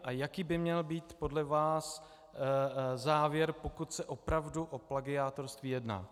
A jaký by měl být podle vás závěr, pokud se opravdu o plagiátorství jedná?